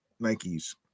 nikes